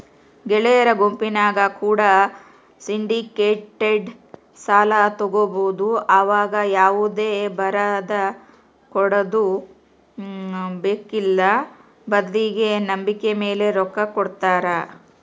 ಗೆಳೆಯರ ಗುಂಪಿನ್ಯಾಗ ಕೂಡ ಸಿಂಡಿಕೇಟೆಡ್ ಸಾಲ ತಗಬೊದು ಆವಗ ಯಾವುದೇ ಬರದಕೊಡದು ಬೇಕ್ಕಿಲ್ಲ ಬದ್ಲಿಗೆ ನಂಬಿಕೆಮೇಲೆ ರೊಕ್ಕ ಕೊಡುತ್ತಾರ